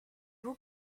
vous